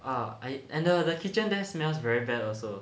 ah and the the kitchen there smells very bad also